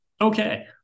Okay